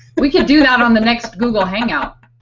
we can do that on the next google hangout.